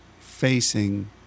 facing